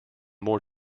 more